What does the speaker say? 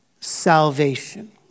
salvation